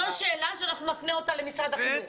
זו שאלה שאנחנו נפנה אותה למשרד החינוך.